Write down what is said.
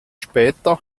später